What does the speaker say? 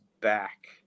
back